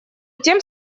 тем